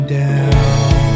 down